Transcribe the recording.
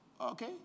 okay